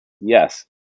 Yes